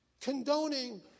condoning